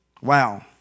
Wow